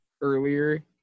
earlier